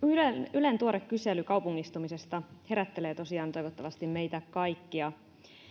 ylen tuore kysely kaupungistumisesta herättelee tosiaan toivottavasti meitä kaikkia